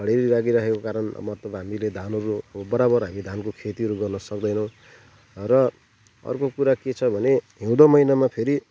खडेरी लागिरहेको कारण मतलब हामीले धानहरू बराबर हामीले धानको खेतीहरू गर्न सक्दैनौँ र अर्को कुरा के छ भने हिउँदो महिनामा फेरि